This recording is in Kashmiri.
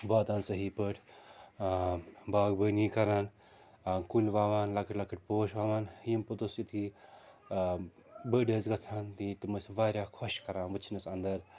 واتان صحی پٲٹھۍ باغبٲنی کَران آ کُلۍ وَوان لۅکٕٹۍ لۅکٕٹۍ پوش وَوان یِم پوٚتُس یُتھُے بٔڈۍ ٲسۍ گژھان دِی تِم ٲسۍ واریاہ خۄش کَران وُچھنَس اَنٛدَر